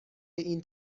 این